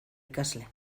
ikasle